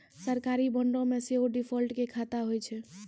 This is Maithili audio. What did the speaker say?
सरकारी बांडो मे सेहो डिफ़ॉल्ट के खतरा होय छै